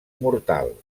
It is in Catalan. mortal